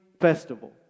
festival